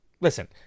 Listen